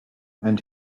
and